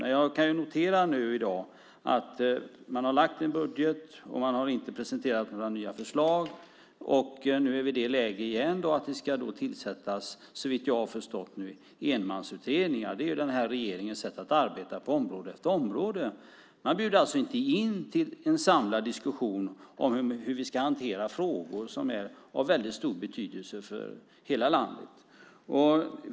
Men jag kan notera i dag att man har lagt fram en budget, och man har inte presenterat några nya förslag. Nu är vi i det läget igen att det ska tillsättas, såvitt jag har förstått, enmansutredningar. Det är ju den här regeringens sätt att arbeta på område efter område. Man bjuder inte in till en samlad diskussion om hur vi ska hantera frågor som är av väldigt stor betydelse för hela landet.